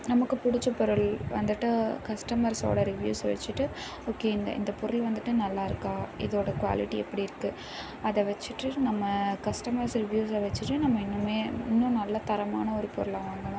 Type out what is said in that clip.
நமக்கு பிடிச்ச பொருள் வந்துட்டு கஸ்டமர்ஸோட ரிவ்யூஸை வச்சிட்டு ஓகே இந்த இந்த பொருள் வந்துட்டு நல்லா இருக்கா இதோட குவாலிட்டி எப்படி இருக்குது அதை வச்சிட்டு நம்ம கஸ்டமர்ஸ் ரிவ்யூஸை வச்சிட்டு நம்ம இன்னமுமே இன்னும் நல்ல தரமான ஒரு பொருளை வாங்கலாம்